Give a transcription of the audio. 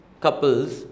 couples